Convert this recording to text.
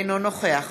אינו נוכח